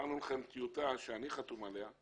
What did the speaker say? העברנו לכם טיוטה שאני חתום עליה,